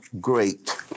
great